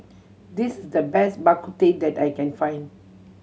this is the best Bak Kut Teh that I can find